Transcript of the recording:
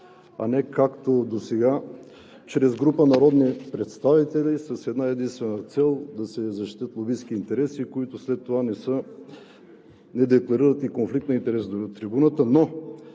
а не както досега – чрез група народни представители, с една-единствена цел: да се защитят лобистки интереси, които след това не декларират и конфликт на интереси от трибуната.